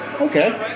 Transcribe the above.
Okay